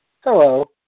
Hello